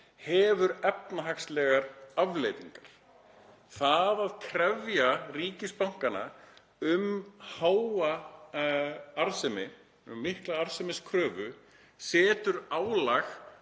hafa efnahagslegar afleiðingar. Það að krefja ríkisbankana um mikla arðsemi, gera mikla arðsemiskröfu, setur álag